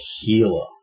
healer